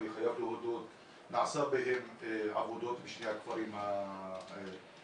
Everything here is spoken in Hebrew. אני חייב להודות שנעשו עבודות בשני הכפרים אל סהלה